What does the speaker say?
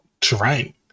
terrain